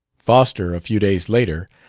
foster, a few days later,